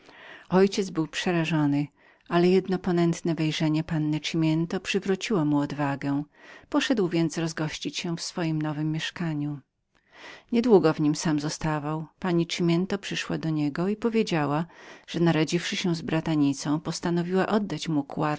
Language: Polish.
ojciec był jeszcze niewymownie zmieszanym gdy jedno ponętne wejrzenie panny cimiento wróciło mu odwagę poszedł więc rozgościć się w nowem swojem mieszkaniu niedługo w niem sam zostawał panna cimiento przyszła do niego i powiedziała mu że naradziwszy się z matką postanowiły oddać